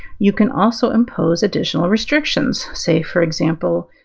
you can also impose additional restrictions, say for example,